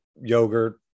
yogurt